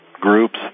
groups